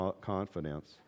confidence